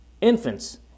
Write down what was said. Infants